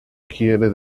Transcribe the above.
quiere